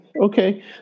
Okay